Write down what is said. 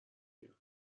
میاد